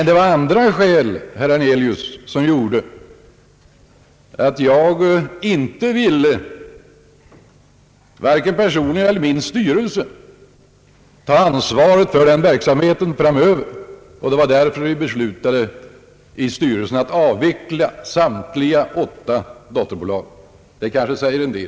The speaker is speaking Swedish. Det var andra skäl, herr Hernelius, som gjorde att varken jag personligen eller min styrelse ville ta ansvaret för den verksamheten framöver, och det var därför vi i styrelsen beslutade att avveckla samtliga åtta dotterbolag. Det säger kanske en del.